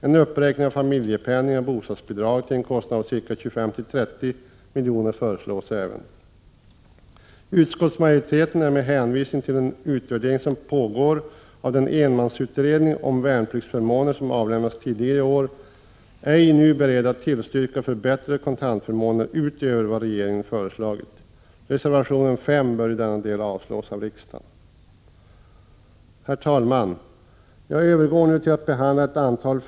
En uppräkning av familjepenning och bostadsbidrag till en kostnad av ca 25-30 milj.kr. föreslås också. Utskottsmajoriteten är med hänvisning till den utvärdering som pågår av den enmansutredning om värnpliktsförmåner som avlämnats tidigare i år ej nu beredd tillstyrka förbättrade kontantförmåner utöver vad regeringen föreslagit. Reservation 5 bör i denna del avslås av riksdagen. Herr talman! Jag övergår nu till att behandla ett antal frågor om Prot.